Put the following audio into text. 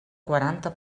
quaranta